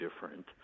different